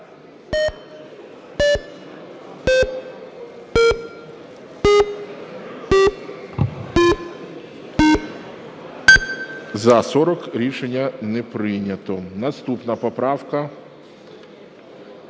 За-44 Рішення не прийнято. Наступна поправка